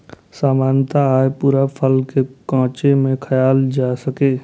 सामान्यतः अय पूरा फल कें कांचे मे खायल जा सकैए